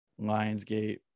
Lionsgate